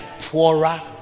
poorer